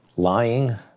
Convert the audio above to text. Lying